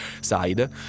side